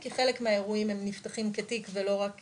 כי חלק מהאירועים האלה נפתחים כתיק ולא רק